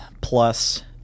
plus